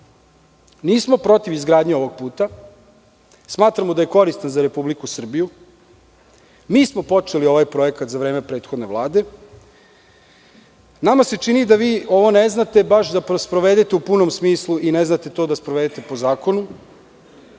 nismo protiv izgradnje ovog puta. Smatramo da je koristan za Republiku Srbiju. Mi smo počeli ovaj projekat za vreme prethodne Vlade. Nama se čini da vi ovo ne znate baš da sprovedete u punom smislu i ne znate to da sprovedete po zakonu.